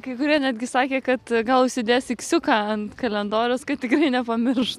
kai kurie netgi sakė kad gal užsidės iksiuką ant kalendoriaus kad tikrai nepamirš